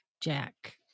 Jack